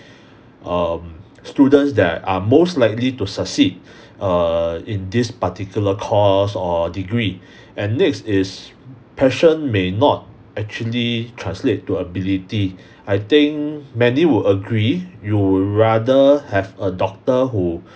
um students that are most likely to succeed err in this particular course or degree and next is passion may not actually translate to ability I think many would agree you would rather have a doctor who